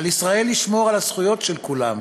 על ישראל לשמור על הזכויות של כולם,